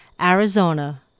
Arizona